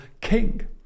king